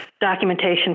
documentation